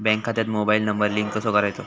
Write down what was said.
Bank खात्यात mobile number link कसो करायचो?